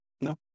No